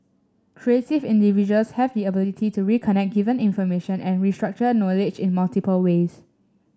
creative individuals have the ability to reconnect given information and restructure knowledge in multiple ways